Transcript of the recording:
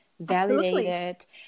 validated